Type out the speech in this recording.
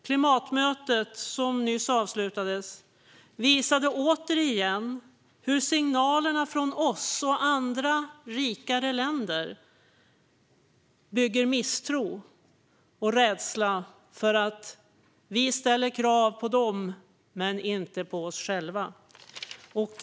Klimatmötet som nyss avslutades i Katowice visade återigen hur signalerna från oss och andra rikare länder bygger misstro och rädsla för att vi ställer krav på dem men inte på oss själva.